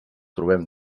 trobem